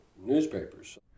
newspapers